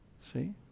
see